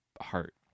heart